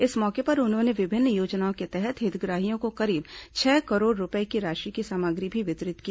इस मौके पर उन्होंने विभिन्न योजनाओं के तहत हितग्राहियों को करीब छह करोड रूपये की राशि की सामग्री भी वितरित की